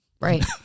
right